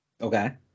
Okay